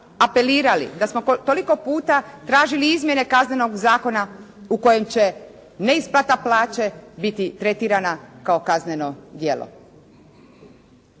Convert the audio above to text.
apelirali, da smo toliko puta tražili izmjene Kaznenog zakona u kojem će neisplata plaće biti tretirana kao kazneno djelo.